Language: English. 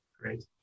Great